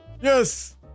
yes